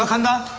and